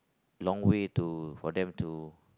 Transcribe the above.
long way to for them to